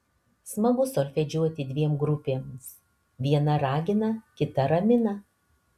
smagu solfedžiuoti dviem grupėmis viena ragina kita ramina